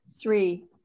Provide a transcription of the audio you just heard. Three